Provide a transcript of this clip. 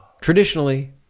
traditionally